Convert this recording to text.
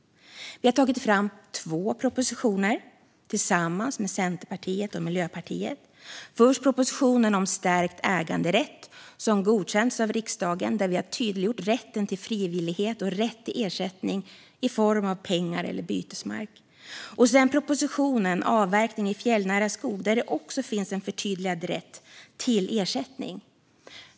Vi har tagit fram två propositioner tillsammans med Centerpartiet och Miljöpartiet. Först är det propositionen om stärkt äganderätt, som godkänts av riksdagen, där vi har tydliggjort rätten till frivillighet och rätt till ersättning i form av pengar eller bytesmark. Sedan är det propositionen om avverkning i fjällnära skog, där det också finns en förtydligad rätt till ersättning.